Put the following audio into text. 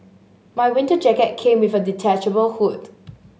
my winter jacket came with a detachable hood